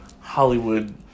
Hollywood